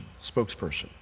spokesperson